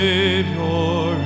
Savior